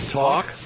talk